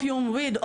OPIUM WEED,